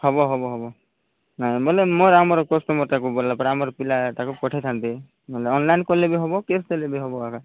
ହେବ ହେବ ହେବ ନାଇଁ ବୋଇଲେ ମୋର ଆମର କଷ୍ଟମର୍ଟାକୁ ବୋଲେ ଆମର ପିଲାଟାକୁ ପଠେଇଥାନ୍ତି ନହେଲେ ଅନଲାଇନ୍ କଲେ ବି ହେବ କ୍ୟାସ୍ ଦେଲେ ବି ହେବ ଆକା